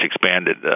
expanded